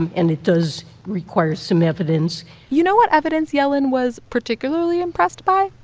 and and it does require some evidence you know what evidence yellen was particularly impressed by?